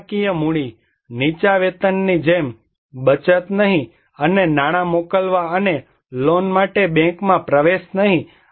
નાણાકીય મૂડી નીચા વેતનની જેમ બચત નહીં અને નાણાં મોકલવા અને લોન માટે બેંકમાં પ્રવેશ નહીં